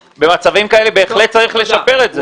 במצבים כאלה בהחלט צריך לשפר את זה.